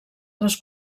les